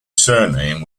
surname